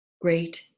great